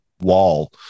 wall